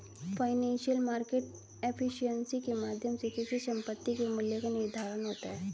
financial market efficiency के माध्यम से किसी संपत्ति के मूल्य का निर्धारण होता है